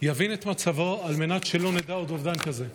ויבין את מצבו, על מנת שלא נדע עוד אובדן כזה.